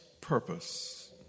purpose